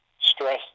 stress